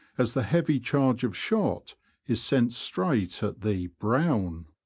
as the heavy charge of shot is sent straight at the brown.